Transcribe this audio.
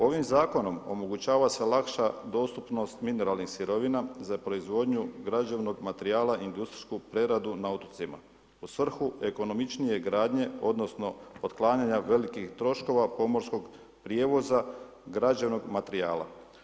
Ovim Zakonom omogućava se lakša dostupnost mineralnih sirovina za proizvodnju građevnog materijala, industrijsku preradu na otocima u svrhu ekonomičnije gradnje odnosno otklanjanja velikih troškova pomorskog prijevoza građevnog materijala.